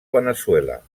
veneçuela